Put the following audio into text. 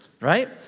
right